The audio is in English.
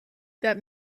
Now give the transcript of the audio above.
that